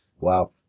wow